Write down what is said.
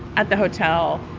at the hotel.